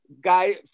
guy